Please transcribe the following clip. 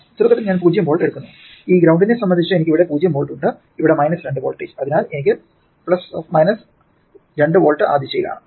തുടക്കത്തിൽ ഞാൻ 0 വോൾട്ട് എടുക്കുന്നു ഈ ഗ്രൌണ്ടിനെ സംബന്ധിച്ച് എനിക്ക് ഇവിടെ 0 വോൾട്ട് ഉണ്ട് അവിടെ 2 വോൾട്ട് അതിനാൽ അത് 2 വോൾട്ട് ആ ദിശയിലാണ്